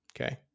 Okay